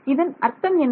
இதன் அர்த்தம் என்ன